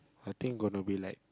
I think gonna be like